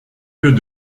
que